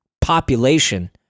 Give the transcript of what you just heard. population